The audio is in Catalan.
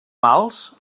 mals